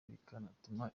bikanatuma